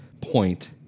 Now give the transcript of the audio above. point